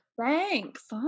Thanks